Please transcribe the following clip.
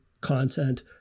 content